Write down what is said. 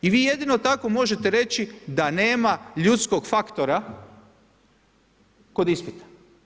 I vi jedino tako možete reći da nema ljudskog faktora kod ispita.